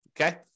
Okay